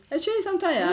actually sometimes ah